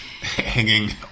hanging